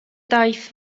daith